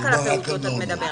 רק לפעוטות.